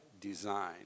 design